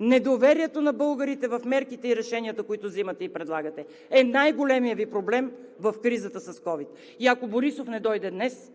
Недоверието на българите в мерките и решенията, които вземате и предлагате, е най-големият Ви проблем в кризата с COVID! И ако Борисов не дойде днес,